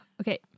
Okay